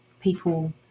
people